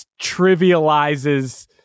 trivializes